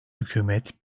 hükümet